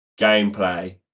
gameplay